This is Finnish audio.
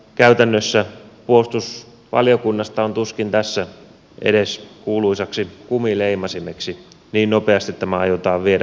käytännössä puolustusvaliokunnasta on tuskin tässä edes kuuluisaksi kumileimasimeksi niin nopeasti tämä aiotaan viedä